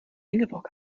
ingeborg